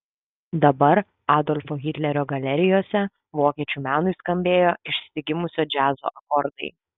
dabar adolfo hitlerio galerijose vokiečių menui skambėjo išsigimusio džiazo akordai